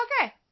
Okay